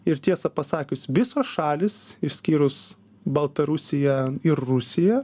ir tiesą pasakius visos šalys išskyrus baltarusiją ir rusiją